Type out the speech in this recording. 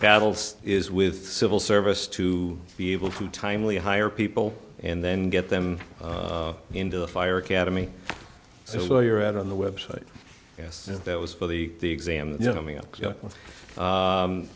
battles is with civil service to be able to timely hire people and then get them into the fire academy so you're out on the website yes that was for the the